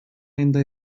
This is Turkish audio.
ayında